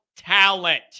Talent